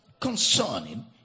concerning